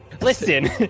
Listen